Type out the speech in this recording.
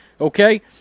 okay